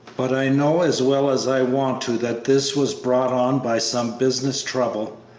but i know as well as i want to that this was brought on by some business trouble.